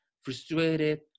frustrated